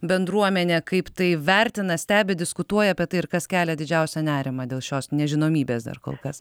bendruomenė kaip tai vertina stebi diskutuoja apie tai ir kas kelia didžiausią nerimą dėl šios nežinomybės dar kol kas